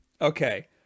Okay